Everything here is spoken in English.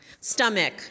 Stomach